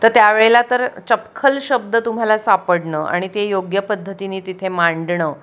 तर त्या वेळेला तर चपखल शब्द तुम्हाला सापडणं आणि ते योग्य पद्धतीनी तिथे मांडणं